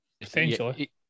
Essentially